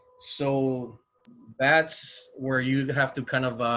so that's where you have to kind of